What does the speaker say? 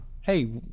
Hey